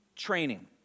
training